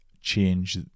change